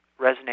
resonate